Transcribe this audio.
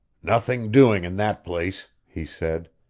nothing doing in that place, he said.